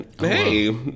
Hey